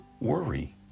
worry